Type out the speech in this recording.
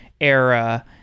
era